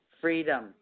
freedom